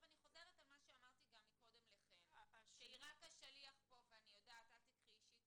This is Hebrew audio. אני חוזרת על מה שאמרתי מקודם לחן שהיא רק השליח פה ואל תיקחי אישית